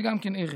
זה גם כן ערך.